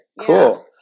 cool